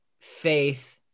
faith